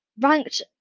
ranked